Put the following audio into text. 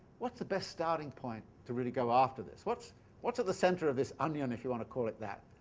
what's the best starting point to really go after this? what's what's at the centre of this onion, if you want to call it that,